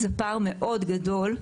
זה פער מאוד גדול,